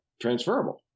transferable